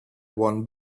one